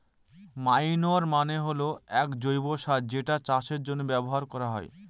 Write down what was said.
manure মানে হল এক জৈব সার যেটা চাষের জন্য ব্যবহার করা হয়